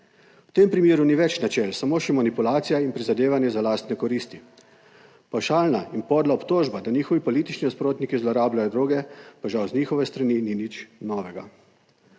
V tem primeru ni več načel, samo še manipulacija in prizadevanje za lastne koristi. Pavšalna in podla obtožba, da njihovi politični nasprotniki zlorabljajo droge, pa žal z njihove strani ni nič novega.